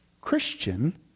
Christian